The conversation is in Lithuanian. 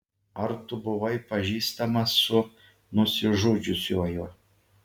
ar tu buvai pažįstamas su nusižudžiusiuoju